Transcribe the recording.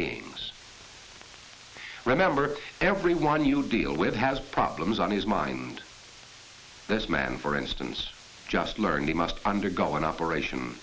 beings remember everyone you deal with has problems on his mind this man for instance just learned he must undergo an operation